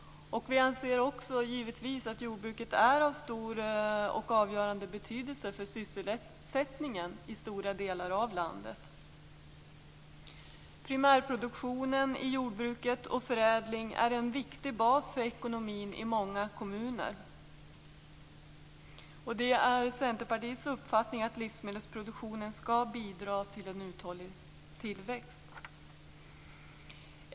Givetvis anser vi också att jordbruket är av stor och avgörande betydelse för sysselsättningen i stora delar av landet. Primärproduktionen i jordbruket och förädling är en viktig bas för ekonomin i många kommuner. Vi i Centerpartiet har uppfattningen att livsmedelsproduktionen skall bidra till en uthållig tillväxt.